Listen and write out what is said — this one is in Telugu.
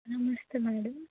నమస్తే మేడమ్